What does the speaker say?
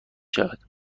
شود